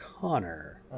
Connor